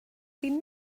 ddim